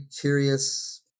curious